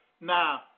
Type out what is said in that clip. Now